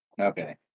Okay